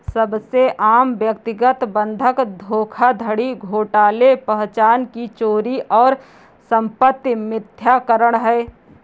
सबसे आम व्यक्तिगत बंधक धोखाधड़ी घोटाले पहचान की चोरी और संपत्ति मिथ्याकरण है